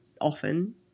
often